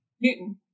Newton